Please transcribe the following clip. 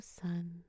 sun